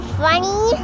funny